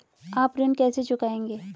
आप ऋण कैसे चुकाएंगे?